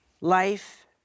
Life